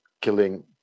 Killing